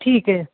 ਠੀਕ ਏ